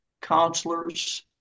counselors